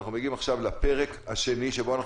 אנחנו מגיעים עכשיו לפרק השני שבו אנחנו